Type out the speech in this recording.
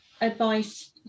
advice